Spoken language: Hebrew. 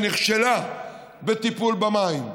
שנכשלה בטיפול במים.